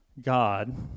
God